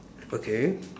okay